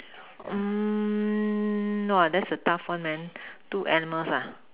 mm no ah that's a tough one man two animals ah